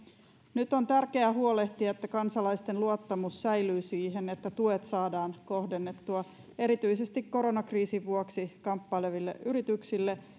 nyt on tärkeää huolehtia että säilyy kansalaisten luottamus siihen että tuet saadaan kohdennettua erityisesti koronakriisin vuoksi kamppaileville yrityksille